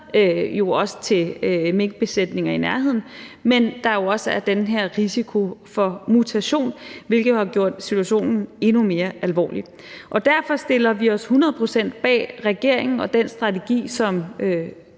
smitter til minkbesætninger i nærheden, men at der også er den her risiko for mutation, hvilket jo har gjort situationen endnu mere alvorlig. Derfor stiller vi os hundrede procent bag regeringen og den strategi, som